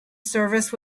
service